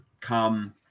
Come